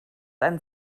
ein